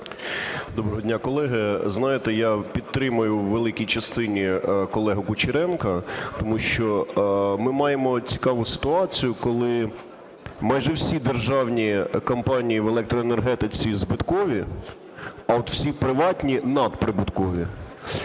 Доброго дня, колеги! Знаєте, я підтримую в великій частині колегу Кучеренка, тому що ми маємо цікаву ситуацію, коли майже всі державні компанії в електроенергетиці збиткові, а от всі приватні – надприбуткові.